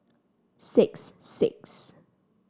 six six